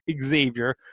Xavier